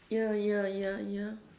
ya ya ya ya